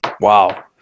Wow